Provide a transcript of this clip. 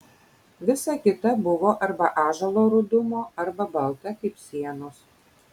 visa kita buvo arba ąžuolo rudumo arba balta kaip sienos